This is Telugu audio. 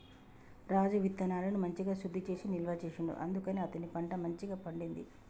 రాజు విత్తనాలను మంచిగ శుద్ధి చేసి నిల్వ చేసిండు అందుకనే అతని పంట మంచిగ పండింది